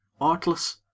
artless